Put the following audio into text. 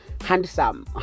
handsome